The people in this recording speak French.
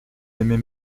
aimer